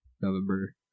November